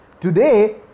Today